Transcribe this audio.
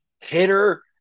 hitter